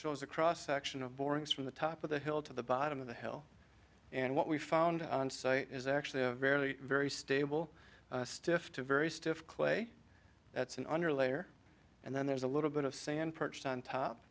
shows a cross section of boring us from the top of the hill to the bottom of the hill and what we found is actually a very very stable stiffed a very stiff clay that's in underlayer and then there's a little bit of sand perched on top